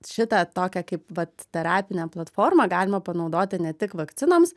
šitą tokią kaip vat terapinę platformą galima panaudoti ne tik vakcinoms